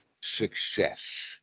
success